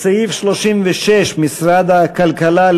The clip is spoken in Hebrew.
סעיף 36, משרד הכלכלה,